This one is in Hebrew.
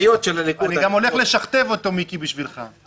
אני גם הולך לשכתב אותו, מיקי, בשבילך.